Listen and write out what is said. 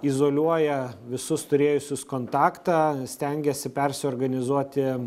izoliuoja visus turėjusius kontaktą stengiasi persiorganizuoti